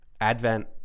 Advent